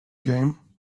game